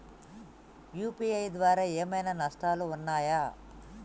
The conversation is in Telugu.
యూ.పీ.ఐ ద్వారా ఏమైనా నష్టాలు ఉన్నయా?